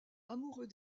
amoureux